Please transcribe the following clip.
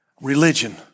religion